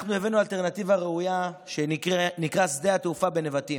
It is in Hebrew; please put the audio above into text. אנחנו הבאנו אלטרנטיבה ראויה שנקראת שדה התעופה בנבטים.